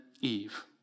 Eve